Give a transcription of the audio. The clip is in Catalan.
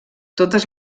totes